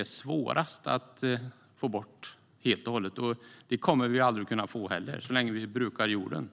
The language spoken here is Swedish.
är svårast att helt och hållet få bort de utsläpp som kommer från jordbruket. Det kommer vi heller aldrig att kunna få, så länge vi brukar jorden.